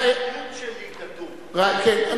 ראיתי, כן.